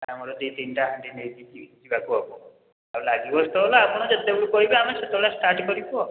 ଆମର ଦୁଇ ତିନିଟା ହାଣ୍ଡି ନେଇକି ଯି ଯିବାକୁ ହେବ ଆଉ ଲାଗିବ ଷ୍ଟଲ୍ ଆପଣ ଯେତେବେଳ କୁ କହିବେ ଆମେ ସେତେବେଳେ ଷ୍ଟାର୍ଟ କରିବୁ ଆଉ